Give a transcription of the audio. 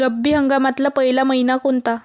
रब्बी हंगामातला पयला मइना कोनता?